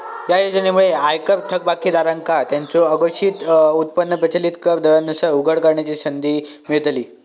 या योजनेमुळे आयकर थकबाकीदारांका त्यांचो अघोषित उत्पन्न प्रचलित कर दरांनुसार उघड करण्याची संधी मिळतली